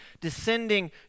descending